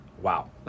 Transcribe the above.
Wow